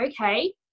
okay